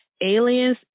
aliens